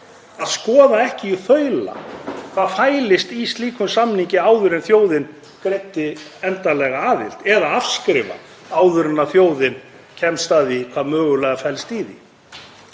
að skoða ekki í þaula hvað fælist í slíkum samningi áður en þjóðin greiddi atkvæði um endanlega aðild eða afskrifa hana, áður en þjóðin kemst að því hvað mögulega felst í því.